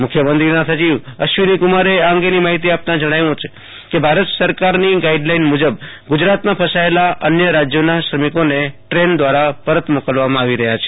મુખ્યમંત્રીના અગ્રસચિવ અશ્વિનોકુમાર આ અંગેનસ માહિતી આપતાં જણાવ્યું છે કે ભારત સરકારની ગાઈડલાઈન મૂજબ ગૂજરાતમાં ફસાયેલા અન્ય રાજયોના શ્રમિકોને ટ્રેન દવારાપરત મોકલવા માં આવી રહયા છે